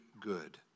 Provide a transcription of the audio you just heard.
good